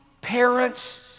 parents